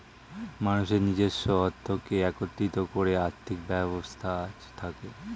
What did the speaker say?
মানুষের নিজস্ব অর্থকে একত্রিত করে আর্থিক ব্যবস্থা থাকে